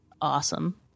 awesome